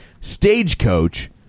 stagecoach